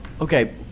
Okay